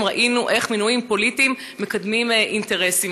ראינו איך מינויים פוליטיים מקדמים אינטרסים.